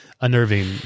unnerving